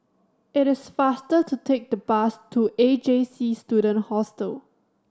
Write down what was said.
it is faster to take the bus to A J C Student Hostel